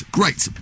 great